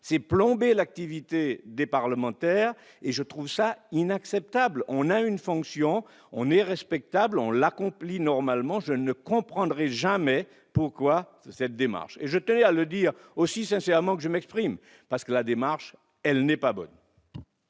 c'est plombé l'activité des parlementaires et je trouve ça inacceptable, on a une fonction, on est respectable, on l'accomplit normalement je ne comprendrais jamais pourquoi cette démarche et je tenais à le dire aussi sincèrement que je m'exprime, parce que la démarche, elle n'est pas bonne.